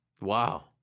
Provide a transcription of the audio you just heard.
Wow